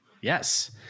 Yes